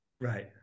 Right